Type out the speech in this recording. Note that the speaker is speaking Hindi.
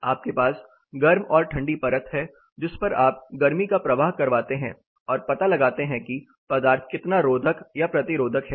आपके पास गर्म और ठंडी परत है जिस पर आप गर्मी का प्रवाह करवाते हैं और पता लगाते हैं कि पदार्थ कितना रोधक या प्रतिरोधक है